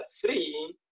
three